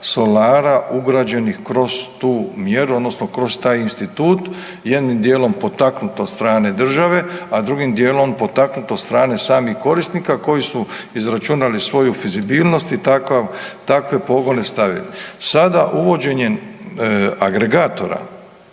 solara ugrađenih kroz tu mjeru odnosno kroz taj institut. Jednim dijelom potaknut od strane države, a drugim dijelom potaknut od strane samih korisnika koji su izračunali svoju fizibilnost i takve pogone stavili. Sada uvođenjem agregatora